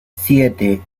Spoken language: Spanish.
siete